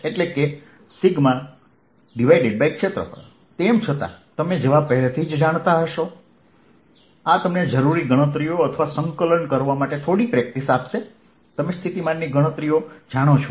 એટલે કે ક્ષેત્રફળ તેમ છતાં તમે જવાબ પહેલાથી જ જાણતા હશો આ તમને જરૂરી ગણતરીઓ અથવા સંકલન કરવા માટે થોડી પ્રેક્ટિસ આપશે તમે સ્થિતિમાનની ગણતરીઓ જાણો છો